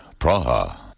Praha